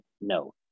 no